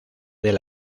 del